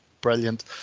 brilliant